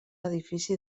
edifici